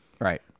Right